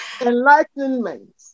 Enlightenment